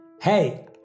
Hey